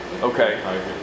Okay